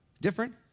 different